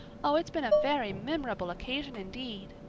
oh, it's been a very memorable occasion indeed.